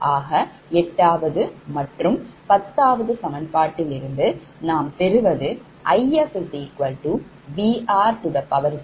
ஆக 8 வது மற்றும் பத்தாவது சமன்பாட்டில் இருந்து நாம் பெறுவது IfVr0ZrrZf